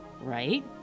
right